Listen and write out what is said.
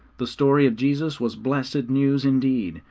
the story of jesus was blessed news indeed,